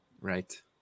Right